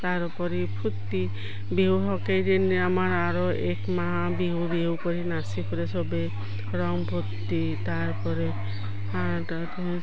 তাৰোপৰি ফূৰ্তি বিহুৰ কেইদিন আমাৰ আৰু এক মাহ বিহু বিহু কৰি নাচি কৰে চবেই ৰং ফূৰ্তি তাৰোপৰি